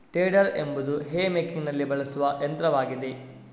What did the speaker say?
tedder ಎಂಬುದು hay ಮೇಕಿಂಗಿನಲ್ಲಿ ಬಳಸುವ ಯಂತ್ರವಾಗಿದೆ